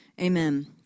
Amen